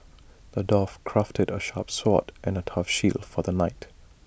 the dwarf crafted A sharp sword and A tough shield for the knight